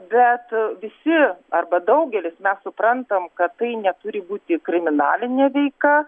bet visi arba daugelis mes suprantam kad tai neturi būti kriminalinė veika